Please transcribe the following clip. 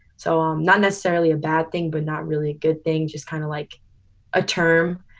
so, um not necessarily a bad thing, but not really a good thing, just kind of like a term.